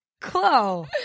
Chloe